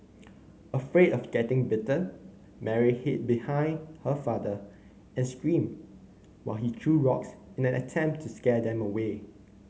afraid of getting bitten Mary hid behind her father and screamed while he threw rocks in an attempt to scare them away